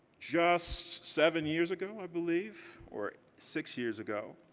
just seven years ago, i believe, or six years ago,